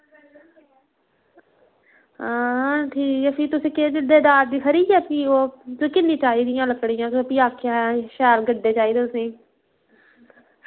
हां ठीक ऐ फ्ही तुसें केह् देदार दी खरी ऐ फ्ही ओह् तुस किन्नी चाहिदियां लकड़ियां तुस फ्ही आक्खेया शैल गड्डे चाहिदे तुसें